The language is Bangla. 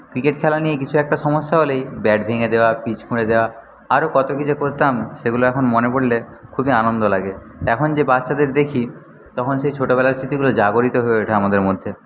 ক্রিকেট খেলা নিয়ে কিছু একটা সমস্যা হলেই ব্যাট ভেঙে দেওয়া পিচ খুঁড়ে দেওয়া আরও কত কি যে করতাম সেগুলো এখন মনে পড়লে খুবই আনন্দ লাগে এখন যে বাচ্চাদের দেখি তখন সেই ছোটবেলার স্মৃতিগুলো জাগরিত হয়ে ওঠে আমাদের মধ্যে